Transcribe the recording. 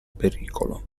pericolo